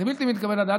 זה בלתי מתקבל על הדעת.